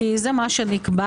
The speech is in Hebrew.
זה מה שנקבע.